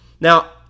Now